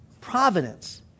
Providence